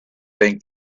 think